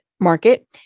market